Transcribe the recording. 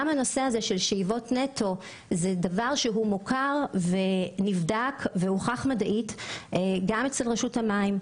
הנושא של שאיבות נטו זה דבר מוכר שנבדק והוכחת מדעית גם אצל רשות המים,